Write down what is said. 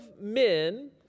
men